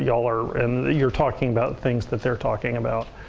you're and you're talking about things that they're talking about.